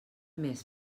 més